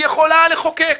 והיא יכולה לחוקק